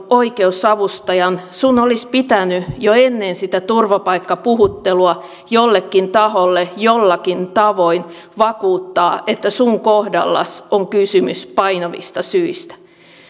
oikeusavustajan sinun olisi pitänyt jo ennen sitä turvapaikkapuhuttelua jollekin taholle jollakin tavoin vakuuttaa että sinun kohdallasi on kysymys painavista syistä